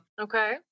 Okay